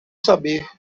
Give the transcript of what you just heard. saber